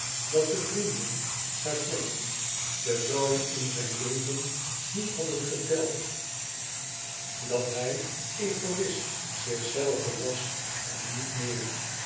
dat de vrienden patienten de vrouwen in zijn leven niet hadden geteld dat hij egoist zichzelve was en niet meer